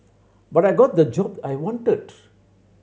but I got the job I wanted